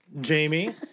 Jamie